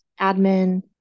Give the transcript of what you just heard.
admin